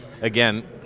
again